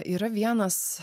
yra vienas